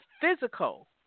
physical